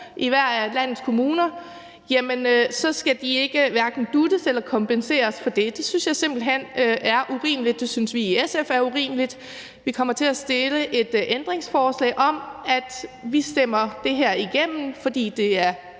i hver af landets kommuner – så skal de hverken dut'es eller kompenseres for det. Det synes jeg simpelt hen er urimeligt, det synes vi i SF er urimeligt, og vi kommer til at stille et ændringsforslag om, at vi stemmer det her igennem, fordi vi er